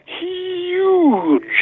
huge